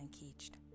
engaged